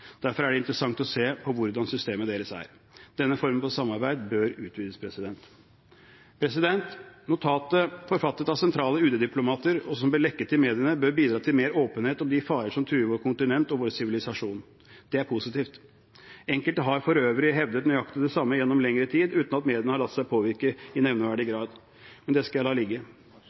Derfor er det interessant å se på hvordan systemet deres er. Denne formen for samarbeid bør utvides. Notatet forfattet av sentrale UD-diplomater og som ble lekket til mediene, bør bidra til mer åpenhet om de farer som truer vårt kontinent og vår sivilisasjon. Det er positivt. Enkelte har for øvrig hevdet nøyaktig det samme gjennom lengre tid uten at mediene har latt seg påvirke i nevneverdig grad. Men det skal jeg la ligge.